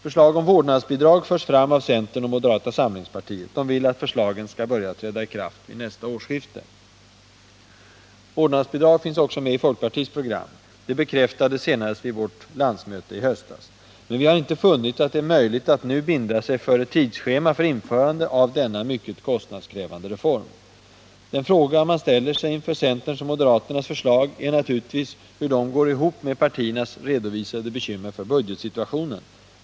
Förslag om vårdnadsbidrag förs fram av centern och moderata samlingspartiet. De vill att förslagen skall träda i kraft vid nästa årsskifte. Vårdnadsbidrag finns också med i folkpartiets program. Det bekräftades senast vid vårt landsmöte i höstas. Men vi har inte funnit att det är möjligt att nu binda sig för ett tidsschema för införande av denna kostnadskrävande reform. Den fråga man ställer sig inför centerns och moderaternas förslag är naturligtvis hur det går ihop med partiernas redovisade bekymmer för budgetsituationen.